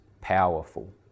powerful